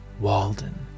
Walden